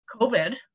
COVID